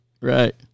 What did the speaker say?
right